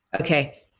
Okay